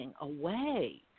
away